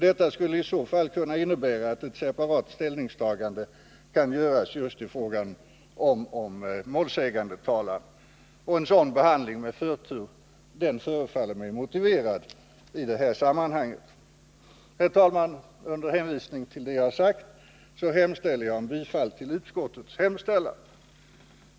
Detta skulle i så fall kunna innebära att ett separat ställningstagande går att göra just i fråga om målsägandetalan. En sådan behandling med förtur förefaller mig motiverad i detta sammanhang. Herr talman! Under hänvisning till vad jag sagt yrkar jag bifall till utskottets hemställan.